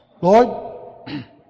Lord